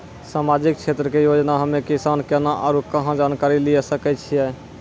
समाजिक क्षेत्र के योजना हम्मे किसान केना आरू कहाँ जानकारी लिये सकय छियै?